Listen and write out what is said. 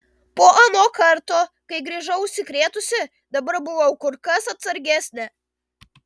po ano karto kai grįžau užsikrėtusi dabar buvau kur kas atsargesnė